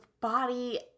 body